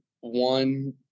one